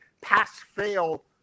pass-fail